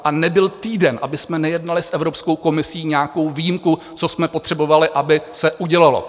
A nebyl týden, abychom nejednali s Evropskou komisí nějakou výjimku, co jsme potřebovali, aby se udělalo.